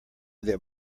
that